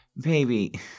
baby